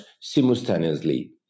simultaneously